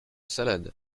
salade